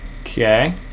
Okay